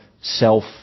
self